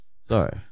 Sorry